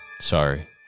sorry